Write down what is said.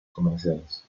comerciales